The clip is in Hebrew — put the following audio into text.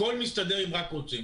הכול מסתדר אם רק רוצים.